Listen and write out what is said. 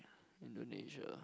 Indonesia